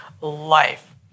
life